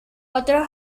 otro